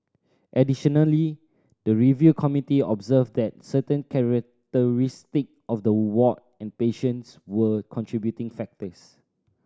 additionally the review committee observed that certain characteristic of the ward and patients were contributing factors